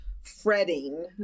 fretting